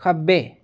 खब्बै